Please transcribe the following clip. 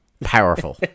Powerful